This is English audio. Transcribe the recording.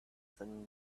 thin